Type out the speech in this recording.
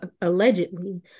allegedly